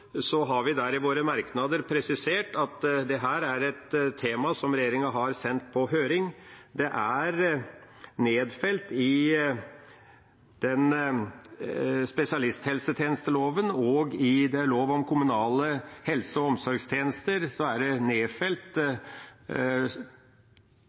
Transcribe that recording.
har vi i våre merknader presisert at dette er et tema som regjeringa har sendt på høring. Det er nedfelt i spesialisthelsetjenesteloven, og i lov om kommunale helse- og omsorgstjenester er forslaget om koordinatorer nedfelt,